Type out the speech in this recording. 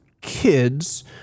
kids